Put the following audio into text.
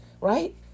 Right